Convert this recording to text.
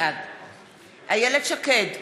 בעד איילת שקד,